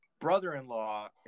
brother-in-law